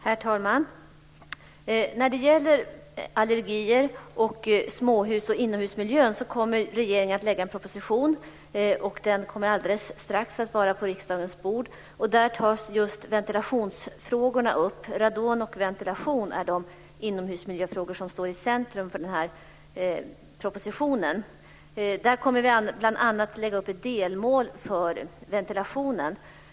Herr talman! Vad gäller allergier och småhusens inomhusmiljö vill jag hänvisa till att regeringen strax kommer att lägga en proposition på riksdagens bord där frågor om ventilation tas upp. De inomhusmiljöfrågor som står i centrum i denna proposition är radon och ventilation. Vi kommer där bl.a. att sätta upp ett delmål för ventilationen.